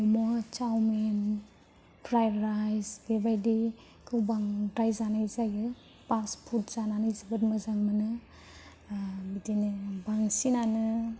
म'म' chowmein fried rice बेफोरबादिखौ बांद्राय जानाय जायो फासफुद जानानै जोबोद मोजां मोनो आरो बिदिनो बांसिनानो